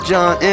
John